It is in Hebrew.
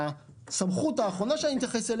הסמכות האחרונה אליה אתייחס,